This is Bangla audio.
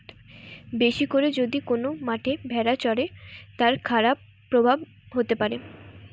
বেশি করে যদি কোন মাঠে ভেড়া চরে, তার খারাপ প্রভাব হতে পারে